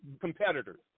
competitors